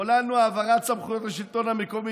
חוללנו העברת סמכויות לשלטון המקומי,